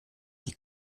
die